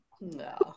No